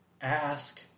ask